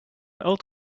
old